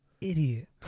idiot